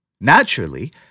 Naturally